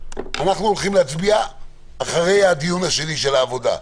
שאנחנו הולכים להצביע אחרי הדיון השני על העבודה,